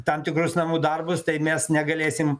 tam tikrus namų darbus tai mes negalėsim